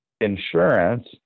insurance